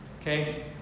Okay